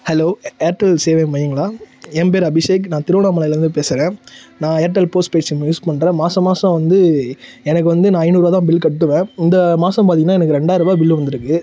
hello Airtel சேவை மையங்களாக என் பேர் அபிஷேக் நான் திருவண்ணாமலையிலேருந்து பேசுகிறேன் நான் ஏர்டெல் போஸ்ட்பெய்ட் சிம்மு யூஸ் பண்ணுறேன் மாத மாதம் வந்து எனக்கு வந்து நான் ஐந்நூறுபா தான் பில் கட்டுவேன் இந்த மாதம் பார்த்தீங்கன்னா எனக்கு ரெண்டாயிரூபா பில் வந்திருக்கு